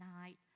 night